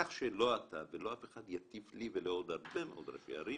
כך שלא אתה ולא אף אחד יטיף לי ולעוד הרבה מאוד ראשי ערים